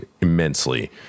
immensely